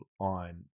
on